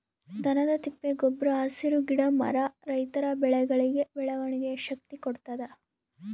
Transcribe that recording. ದನದ ತಿಪ್ಪೆ ಗೊಬ್ರ ಹಸಿರು ಗಿಡ ಮರ ರೈತರ ಬೆಳೆಗಳಿಗೆ ಬೆಳವಣಿಗೆಯ ಶಕ್ತಿ ಕೊಡ್ತಾದ